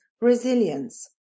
resilience